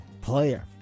player